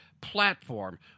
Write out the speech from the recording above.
platform